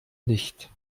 nicht